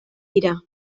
dira